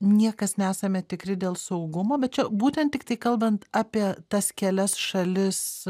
niekas nesame tikri dėl saugumo bet čia būtent tiktai kalbant apie tas kelias šalis